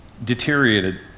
deteriorated